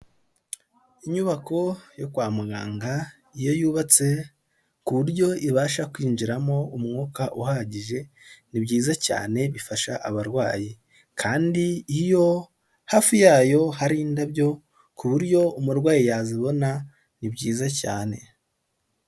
Inyubako yo kwa muganga iyo yubatse ku buryo ibasha kwinjiramo umwuka uhagije, ni byiza cyane bifasha abarwayi, kandi iyo hafi yayo hari indabyo ku buryo umurwayi yazibona ni byiza cyane.